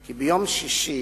כי ביום שישי,